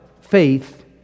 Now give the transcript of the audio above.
faith